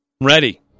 Ready